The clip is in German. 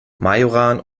majoran